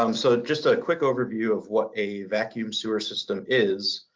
um so, just a quick overview of what a vacuum sewer system is.